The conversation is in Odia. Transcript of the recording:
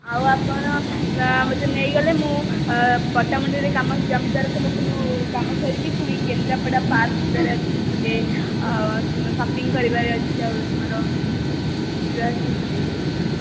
ଆଉ ଆପଣ ନା ମୋତେ ନେଇଗଲେ ମୁଁ ପଟ୍ଟାମୁଣ୍ଡେଇରେ କାମ ଜମିଦାରଙ୍କ ପାଖରୁ କାମ ସାରିକି ପୁଣି କେନ୍ଦ୍ରାପଡ଼ା ପାର୍କ ଯିବାର ଅଛି ମୁଁ ଟିକେ ଆଉ ସପିଂ କରିବାର ଅଛି ଆହୁରି ମୋର ଶୀଘ୍ର ଆସି ମୋତେ ନେଇଯାଅ